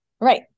Right